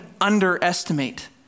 underestimate